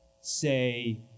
Say